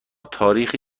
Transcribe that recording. تاریخی